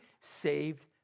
saved